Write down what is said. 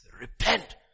repent